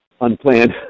unplanned